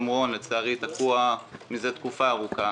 ושעות הפעילות לא תואמות את שעות הלימודים.